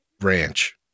ranch